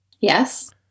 Yes